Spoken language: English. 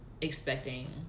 expecting